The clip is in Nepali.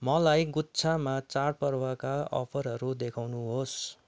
मलाई गुच्छामा चाडपर्वका अफरहरू देखाउनुहोस्